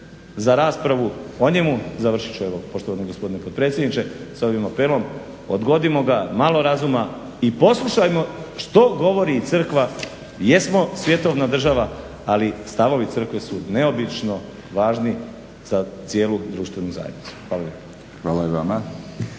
za raspravu o njemu, završit ću poštovani gospodine potpredsjedniče sa ovim apelom, odgodimo ga, malo razuma i poslušamo što govori crkva. Jesmo svjetovna država ali stavovi crkve su neobično važni za cijelu društvenu zajednicu. Hvala lijepa.